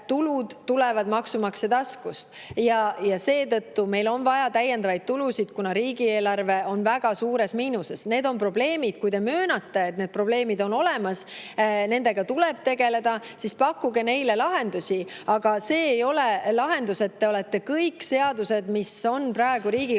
tulud tulevad maksumaksja taskust. Seetõttu on meil vaja täiendavaid tulusid, kuna riigieelarve on väga suures miinuses. Need on probleemid. Kui te möönate, et need probleemid on olemas ja nendega tuleb tegeleda, siis pakkuge neile lahendusi. See ei ole lahendus, et te olete kõik seadused, mis on praegu Riigikogus